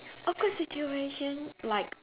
awkward situation like